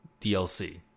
DLC